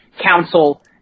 council